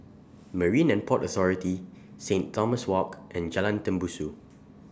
Marine and Port Authority Saint Thomas Walk and Jalan Tembusu